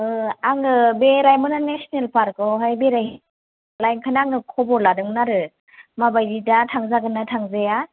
आङो बे रायमना नेशोनेल पार्कआवहाय बेराय लायखाना आङो खबर लादोंमोन आरो माबायदि दा थांजागोन ना थांजाया